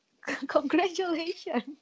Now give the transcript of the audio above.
congratulations